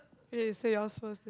then you say yours first